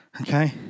okay